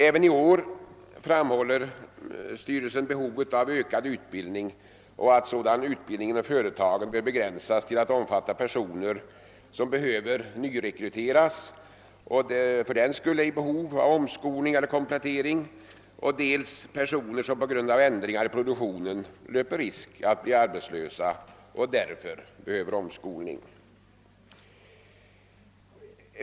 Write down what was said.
Även i år framhåller styrelsen behovet av ökad utbildning och att sådan utbildning inom företagen bör begränsas till att omfatta personer som behöver nyrekryteras och fördenskull är i behov av omskolning eller komplettering ävensom personer som på grund av ändringar i produktionen löper risk att bli arbetslösa och därför behöver omskolning.